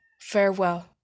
Farewell